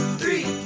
three